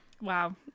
wow